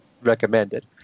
recommended